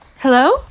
hello